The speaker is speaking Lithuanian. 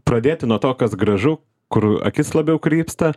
pradėti nuo to kas gražu kur akis labiau krypsta